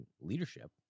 leadership